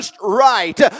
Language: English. right